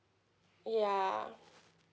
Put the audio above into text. yeah